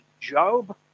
Job